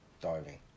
diving